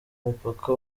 mupaka